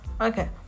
Okay